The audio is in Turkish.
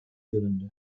göründü